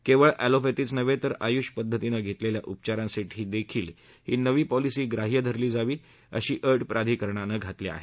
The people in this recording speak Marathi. केवळ अस्तिपधींच नव्हे तर आयुष पद्धतीनं घेतलेल्या उपचारांसाठी देखील ही नवी पॉलिसी ग्राह्य मानली जावी अशी अट प्राधिकरणानं घातली आहे